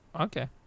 Okay